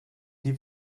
wie